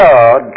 God